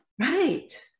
Right